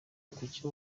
kuki